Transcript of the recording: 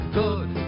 good